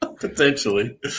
Potentially